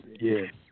yes